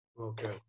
Okay